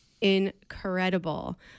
incredible